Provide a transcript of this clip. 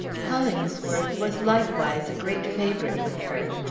hollingsworth was likewise a great favorite with her.